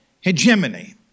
hegemony